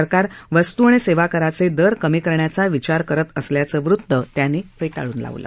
सरकार वस्तू आणि सेवा कराचे दर कमी करण्याचा विचार करत असल्याचं वृत्त त्यांनी फेटाळून लावलं